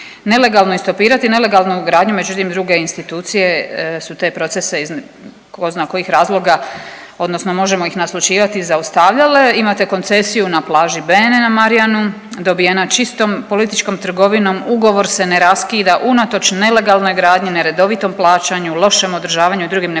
nelegalnu i stopirati nelegalnu gradnju, međutim druge institucije su te procese iz ko zna kojih razloga odnosno možemo ih naslućivati, zaustavljale. Imate koncesiju na plaži Bene na Marijanu, dobijena čistom političkom trgovinom, ugovor se ne raskida unatoč nelegalnoj gradnji, neredovitom plaćanju, lošem održavanju i drugim nepravilnostima.